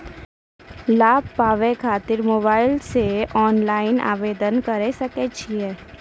लाभ पाबय खातिर मोबाइल से ऑनलाइन आवेदन करें सकय छियै?